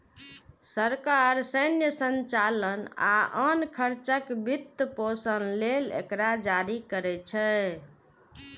सरकार सैन्य संचालन आ आन खर्चक वित्तपोषण लेल एकरा जारी करै छै